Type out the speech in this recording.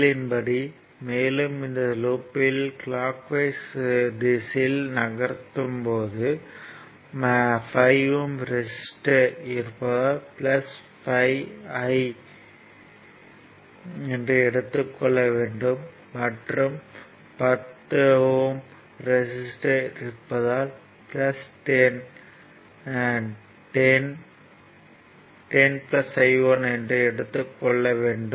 L இன் படி மேலும் இந்த லூப்யில் கிளாக் வைஸ் திசையில் நகர்த்தும் போது 5 ஓம் ரெசிஸ்டர் இருப்பதால் 5 I1 என்று எடுத்துக் கொள்ள வேண்டும் மற்றும் 10 ஓம் ரெசிஸ்டர் இருப்பதால் 10 10 I 1 என்று எடுத்துக் கொள்ள வேண்டும்